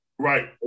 Right